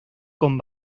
con